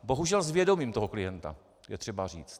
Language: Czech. Bohužel s vědomím toho klienta, je třeba říci.